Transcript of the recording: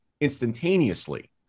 instantaneously